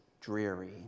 dreary